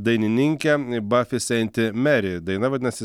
dainininkė bafi sainti meri daina vadinasi